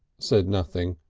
said nothing.